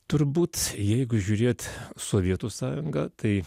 turbūt jeigu žiūrėt sovietų sąjungą tai